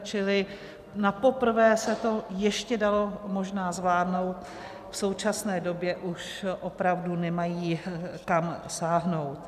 Čili napoprvé se to ještě dalo možná zvládnout, v současné době už opravdu nemají kam sáhnout.